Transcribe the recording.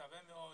מקווה מאוד